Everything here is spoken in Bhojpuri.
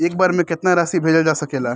एक बार में केतना राशि भेजल जा सकेला?